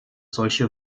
solche